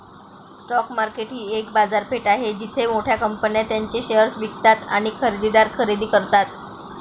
stock market ही एक बाजारपेठ आहे जिथे मोठ्या कंपन्या त्यांचे शेअर्स विकतात आणि खरेदीदार खरेदी करतात